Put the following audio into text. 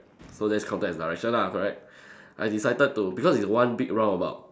so that's counted as direction lah correct I decided to because it's one big roundabout